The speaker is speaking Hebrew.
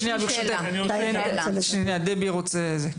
אנחנו נבדוק את זה.